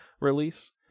release